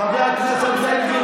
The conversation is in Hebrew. חבר הכנסת בן גביר,